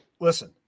Listen